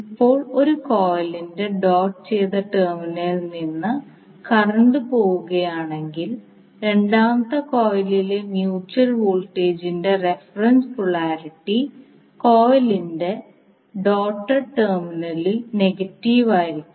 ഇപ്പോൾ ഒരു കോയിലിന്റെ ഡോട്ട് ചെയ്ത ടെർമിനലിൽ നിന്ന് കറന്റ് പോവുകയാണെങ്കിൽ രണ്ടാമത്തെ കോയിലിലെ മ്യൂച്വൽ വോൾട്ടേജിന്റെ റഫറൻസ് പോളാരിറ്റി കോയിലിന്റെ ഡോട്ട്ഡ് ടെർമിനലിൽ നെഗറ്റീവ് ആയിരിക്കും